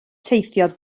teithio